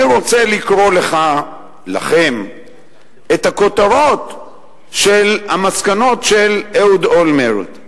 אני רוצה לקרוא לכם את הכותרות של המסקנות של אהוד אולמרט,